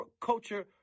culture